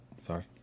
Sorry